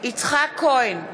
יצחק כהן,